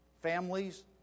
Families